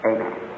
Amen